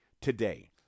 today